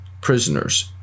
Prisoners